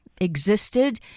existed